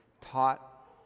taught